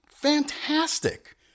Fantastic